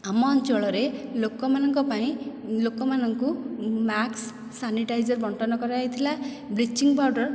ଆମ ଅଞ୍ଚଳରେ ଲୋକମାନଙ୍କ ପାଇଁ ଲୋକମାନଙ୍କୁ ମାକ୍ସ ସାନିଟାଇଜର ବଣ୍ଟନ କରାଯାଇଥିଲା ବ୍ଲିଚିଂ ପାଉଡ଼ର